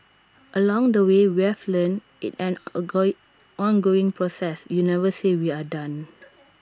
along the way we've learnt IT an ongoing ongoing process you never say we're done